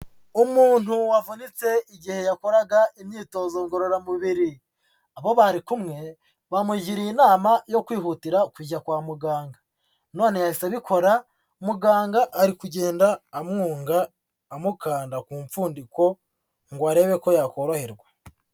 Umuntu wavunitse igihe yakoraga imyitozo ngororamubiri, abo bari kumwe bamugiriye inama yo kwihutira kujya kwa muganga none yahise abikora, muganga ari kugenda amwunga, amukanda ku mpfundiko ngo arebe ko yakoroherwa.